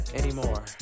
anymore